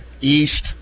east